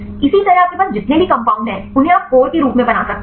इसी तरह आपके पास जितने भी कंपाउंड हैं उन्हें आप कोर के रूप में बना सकते हैं